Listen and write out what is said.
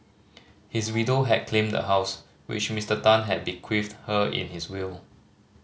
his widow had claimed the house which Mister Tan had bequeathed her in his will